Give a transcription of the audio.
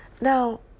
Now